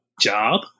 job